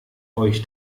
euch